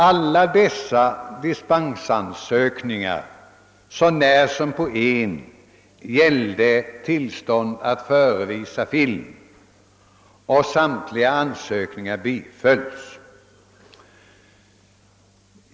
Alla dessa dispensansökningar så när som på en gällde tillstånd att förevisa film och samtliga bifölls.